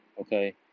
Okay